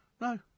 no